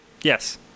Yes